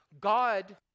God